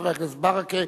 חבר הכנסת ברכה,